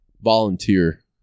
volunteer